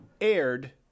aired